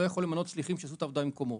לא יכול למנות שליחים שיעשו את העבודה במקומו.